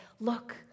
look